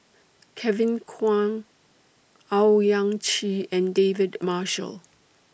Kevin Kwan Owyang Chi and David Marshall